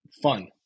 Fun